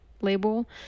label